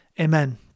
Amen